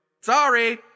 Sorry